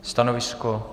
Stanovisko?